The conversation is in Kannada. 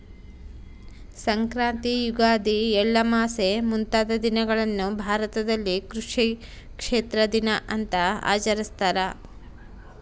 ಸಂಕ್ರಾಂತಿ ಯುಗಾದಿ ಎಳ್ಳಮಾವಾಸೆ ಮುಂತಾದ ದಿನಗಳನ್ನು ಭಾರತದಲ್ಲಿ ಕೃಷಿ ಕ್ಷೇತ್ರ ದಿನ ಅಂತ ಆಚರಿಸ್ತಾರ